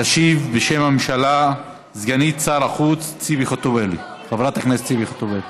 תשיב בשם הממשלה סגנית שר החוץ חברת הכנסת ציפי חוטובלי.